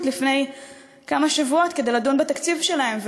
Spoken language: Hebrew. לפני כמה שבועות כדי לדון בתקציב שלהם,